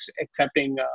accepting